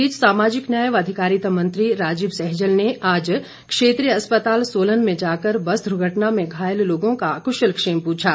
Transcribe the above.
इस बीच सामाजिक न्याय व अधिकारिता मंत्री राजीव सहजल ने आज क्षेत्रीय अस्पताल सोलन में जाकर बस दुर्घटना में घायल लोगों का कुशलक्षेम पूछा